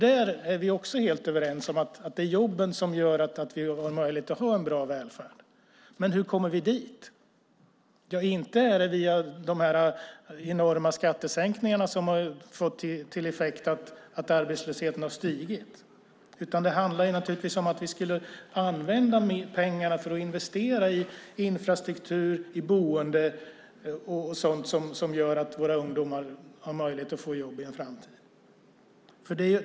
Vi är helt överens om att det är jobben som ger oss möjlighet att ha en bra välfärd, men hur kommer vi dit? Ja, inte är det via de enorma skattesänkningar som har fått till effekt att arbetslösheten har stigit. Det handlar naturligtvis om att använda pengarna till att investera i infrastruktur, boende och sådant som gör att våra ungdomar har möjlighet att få jobb i framtiden.